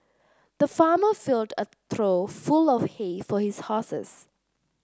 the farmer filled a trough full of hay for his horses